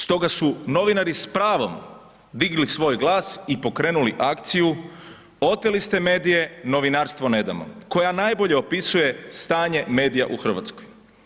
Stoga su novinari s pravom digli svoj glas i pokrenuli akciju „Oteli ste medije, novinarstvo ne damo“, koja najbolje opisuje stanje medija u RH.